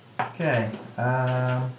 Okay